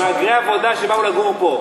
מהגרי עבודה שבאו לגור פה.